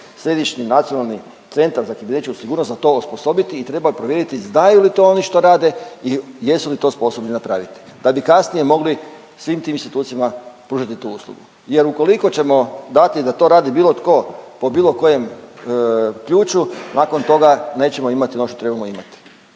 središnji nacionalni centar za kibernetičku sigurnost na to osposobiti i trebao bi provjeriti znaju li to oni što rade i jesu li to sposobni napraviti, da bi kasnije mogli svim tim institucijama pružati tu uslugu. Jer ukoliko ćemo dati da to radi bilo tko po bilo kojem ključu nakon toga nećemo imati ono što trebamo imati.